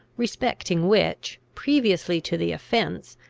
respecting which, previously to the offence,